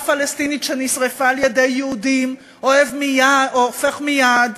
פלסטינית שנשרפה על-ידי יהודים הופך מייד